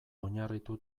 oinarritu